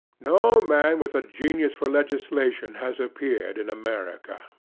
no man with a genius for legislation has appeared in america.